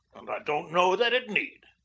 and i don't know that it need.